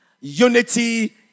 Unity